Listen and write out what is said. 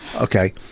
Okay